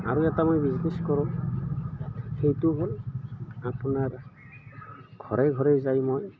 আৰু এটা মই বিজনেছ কৰোঁ সেইটো হ'ল আপোনাৰ ঘৰে ঘৰে যাই মই